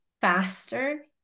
faster